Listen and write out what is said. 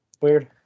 weird